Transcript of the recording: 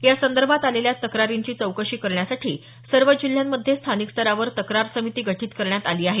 यासंदर्भात आलेल्या तक्रारींची चौकीशी करण्यासाठी सर्व जिल्ह्यांमध्ये स्थानिक स्तरावर तक्रार समिती गठित करण्यात आली आहे